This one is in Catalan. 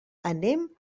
anem